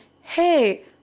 Hey